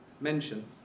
mention